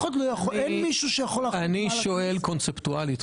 אני שואל קונספטואלית.